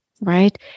right